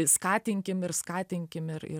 skatinkim ir skatinkim ir ir